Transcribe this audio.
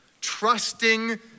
trusting